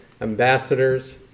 ambassadors